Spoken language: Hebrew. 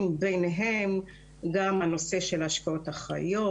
ביניהם גם הנושא של השקעות אחראיות,